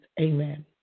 Amen